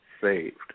saved